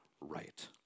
right